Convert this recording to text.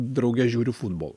drauge žiūri futbolą